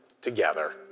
together